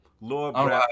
Lord